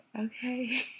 okay